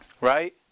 right